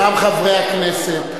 גם חברי הכנסת.